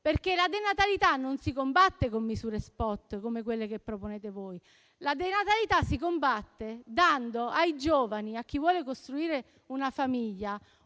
perché la denatalità non si combatte con misure *spot*, come quelle che voi proponete. La denatalità si combatte dando ai giovani, a chi vuole costruire una famiglia,